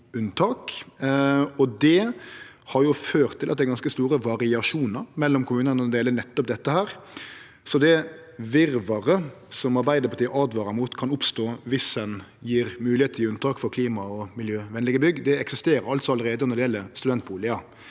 Det har ført til at det er ganske store variasjonar mellom kommunane når det gjeld nettopp dette. Så det virvaret som Arbeidarpartiet åtvarar om at kan oppstå viss ein gjev moglegheit for unntak for klima- og miljøvennlege bygg, eksisterer altså allereie når det gjeld studentbustader.